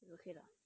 you okay not